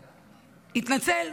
התנצל,